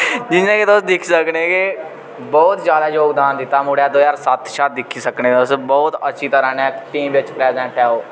जियां कि तुस दिक्खी सकने के बोह्त ज्यादा योगदान दित्ता मुड़े दो ज्हार सत्त शा दिक्खी सकने तुस बोह्त अच्छी तरह कन्नै टीम बिच्च प्रेजेंट ऐ ओह्